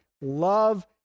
love